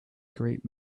great